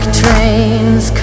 trains